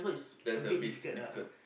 that's a bit difficult